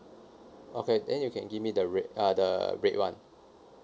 okay then you can give me the red uh the red one